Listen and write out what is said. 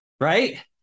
Right